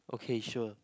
okay sure